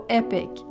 epic